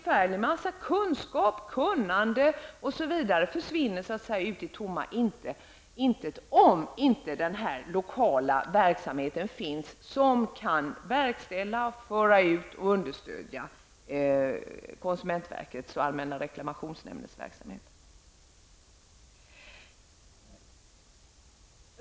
Väldigt mycket kunskap och kunnande t.ex. försvinner ut i tomma intet om det inte finns en lokal verksamhet på det här området där man kan verkställa beslut, föra ut information och understödja arbetet när det gäller konsumentverkets och allmänna reklamationsnämndens verksamhet.